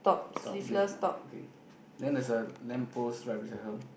top okay then there's a lamp post right beside her